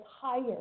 higher